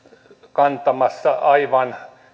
kantamassa aivan